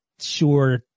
sure